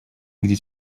где